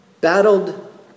battled